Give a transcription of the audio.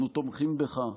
אנחנו תומכים בך.